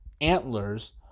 Antlers